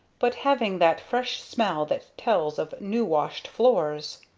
but having that fresh smell that tells of new-washed floors.